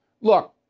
Look